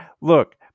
Look